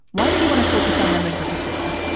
why did you want to focus on them in particular?